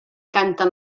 canten